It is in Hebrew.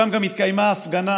שם גם התקיימה הפגנה